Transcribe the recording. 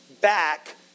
back